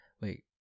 Wait